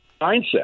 mindset